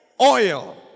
Oil